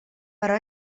però